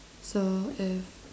so if